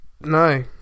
No